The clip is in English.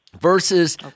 Versus